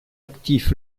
actif